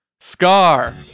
Scar